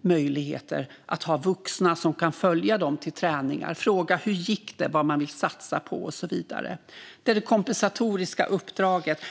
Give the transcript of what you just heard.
möjligheter att ha vuxna som kan följa dem till träningar och fråga dem hur det gick, vad de vill satsa på och så vidare. Det är det kompensatoriska uppdraget.